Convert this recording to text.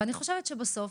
ואני חושבת שבסוף